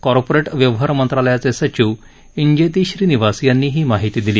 corporate व्यवहार मंत्रालयाचे सचिव इंजेती श्रीनिवास यांनी ही माहिती दिली